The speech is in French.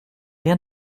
rien